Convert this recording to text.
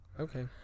Okay